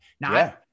Now